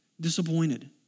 disappointed